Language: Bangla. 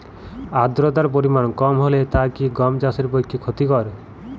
আর্দতার পরিমাণ কম হলে তা কি গম চাষের পক্ষে ক্ষতিকর?